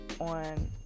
on